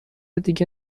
دیگه